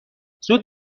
زود